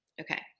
Okay